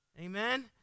Amen